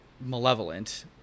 malevolent